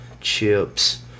chips